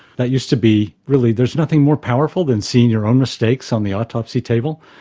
that used to be, really, there's nothing more powerful than seeing your own mistakes on the autopsy table,